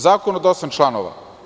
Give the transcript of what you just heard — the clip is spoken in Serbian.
Zakon od osam članova.